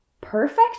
perfect